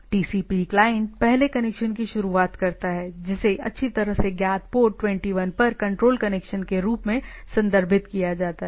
TCP client पहले connection की शुरुआत करता है जिसे अच्छी तरह से ज्ञात पोर्ट 21 पर कंट्रोल कनेक्शन के रूप में संदर्भित किया जाता है